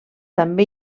també